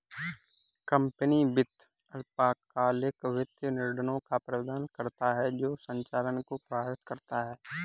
company वित्त अल्पकालिक वित्तीय निर्णयों का प्रबंधन करता है जो संचालन को प्रभावित करता है